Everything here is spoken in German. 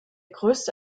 größte